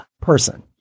person